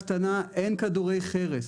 אין כדורי חרס.